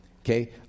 Okay